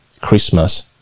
Christmas